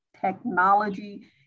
technology